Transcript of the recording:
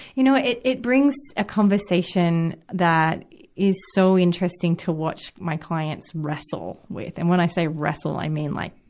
you know, it, it brings a conversation that is so interesting to watch my clients wrestle with. and when i say wrestle, i mean like,